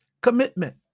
commitment